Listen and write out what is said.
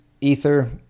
ether